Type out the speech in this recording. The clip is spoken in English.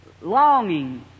longing